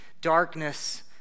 darkness